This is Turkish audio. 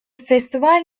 festival